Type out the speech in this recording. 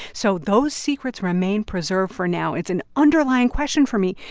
so those secrets remain preserved for now it's an underlying question for me,